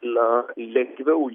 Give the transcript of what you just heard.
na lengviau